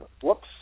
Whoops